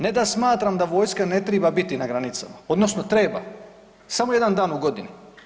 Ne da smatram da vojska ne triba biti na granicama odnosno treba samo jedan dan u godini.